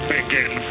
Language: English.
Begin